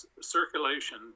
circulation